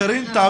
קארין,